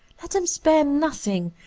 let him spare nothing,